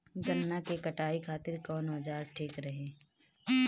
गन्ना के कटाई खातिर कवन औजार ठीक रही?